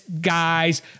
guys